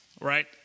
right